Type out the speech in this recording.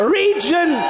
region